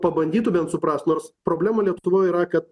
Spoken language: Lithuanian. pabandytų bent suprasti nors problema lietuvoj yra kad